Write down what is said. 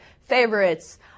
favorites